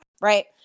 right